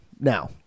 now